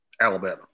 Alabama